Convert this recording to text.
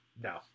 no